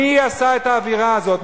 מי עשה את האווירה הזאת?